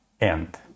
end